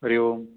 हरिः ओम्